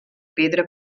pedra